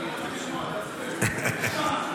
בושה,